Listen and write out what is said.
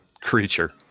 creature